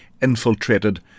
infiltrated